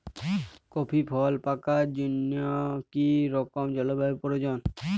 Coffee ফল পাকার জন্য কী রকম জলবায়ু প্রয়োজন?